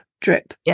drip